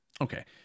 Okay